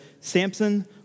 Samson